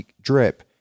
drip